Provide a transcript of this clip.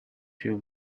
you